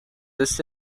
this